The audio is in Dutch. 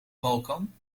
balkan